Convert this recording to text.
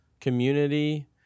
community